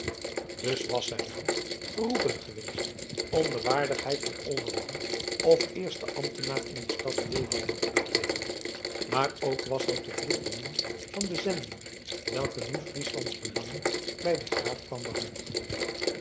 dus was zijn naam geroepen geweest om de waardigheid van olderman of eersten ambtenaar in de stad leeuwarden te bekleeden maar ook was hij tot lid benoemd van de zending welke nu frieslands belangen bij den graaf kwam behartigen